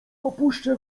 opuszczę